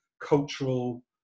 cultural